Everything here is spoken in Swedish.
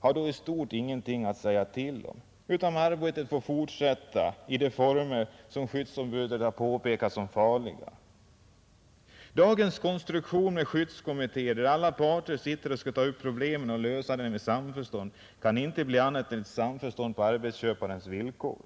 har då i stort inget att säga till om, utan arbetet får fortsätta i de former som skyddsombudet har påpekat såsom farliga. Dagens konstruktion med skyddskommittéer där alla parter sitter och skall ta upp problemen och lösa dem i samförstånd kan inte bli annat än ett samförstånd på arbetsköparens villkor.